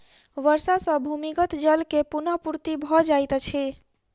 वर्षा सॅ भूमिगत जल के पुनःपूर्ति भ जाइत अछि